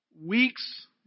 weeks